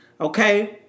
Okay